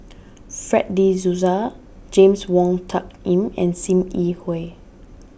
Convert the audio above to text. Fred De Souza James Wong Tuck Yim and Sim Yi Hui